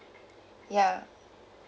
yeah